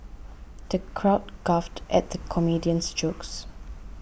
the crowd guffawed at the comedian's jokes